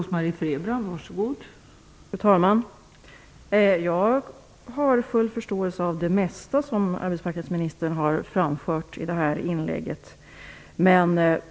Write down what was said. Fru talman! Jag har full förståelse för det mesta som arbetsmarknadsministern har framfört i det här inlägget.